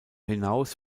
hinaus